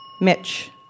Mitch